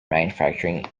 manufacturing